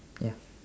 ya